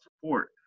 support